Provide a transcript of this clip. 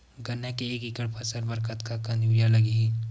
गन्ना के एक एकड़ फसल बर कतका कन यूरिया लगही?